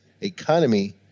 economy